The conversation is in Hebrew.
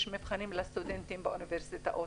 יש מבחנים לסטודנטים באוניברסיטאות,